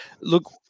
look